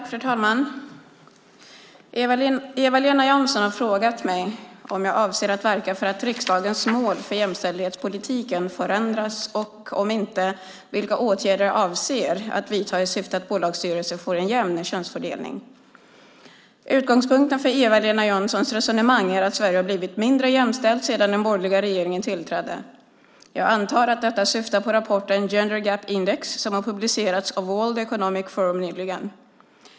Fru talman! Eva-Lena Jansson har frågat mig om jag avser att verka för att riksdagens mål för jämställdhetspolitiken förändras och, om inte, vilka åtgärder jag avser att vidta i syfte att bolagsstyrelser får en jämn könsfördelning. Utgångspunkten för Eva-Lena Janssons resonemang är att Sverige har blivit mindre jämställt sedan den borgerliga regeringen tillträdde. Jag antar att detta syftar på rapporten Gender Gap Index som har publicerats av World Economic Forum nyligen.